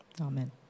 Amen